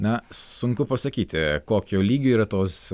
na sunku pasakyti kokio lygio yra tos